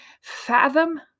fathom